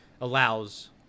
allows